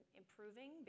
improving